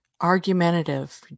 argumentative